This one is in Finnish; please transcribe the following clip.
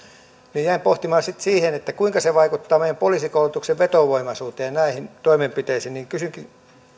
jäin pohtimaan sitä kuinka se vaikuttaa meidän poliisikoulutuksemme vetovoimaisuuteen näihin toimenpiteisiin kysynkin